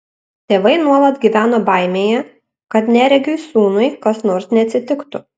tėvai nuolat gyveno baimėje kad neregiui sūnui kas nors neatsitiktų